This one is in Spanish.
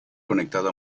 conectado